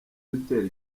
luther